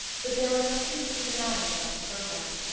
but there was nothing systematic about the programme,